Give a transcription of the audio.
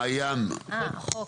מעיין, בבקשה.